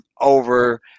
over